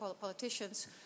politicians